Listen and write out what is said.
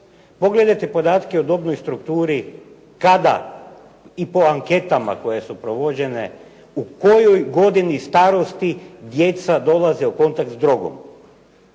Pogledajte podatke o dobnoj strukturi, i kada po anketama koje su provođene, u kojoj godini starosti djeca dolaze u kontakt s drogom,